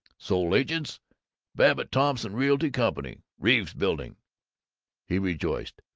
sole agents babbitt-thompson realty company reeves building he rejoiced,